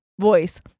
Voice